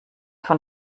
von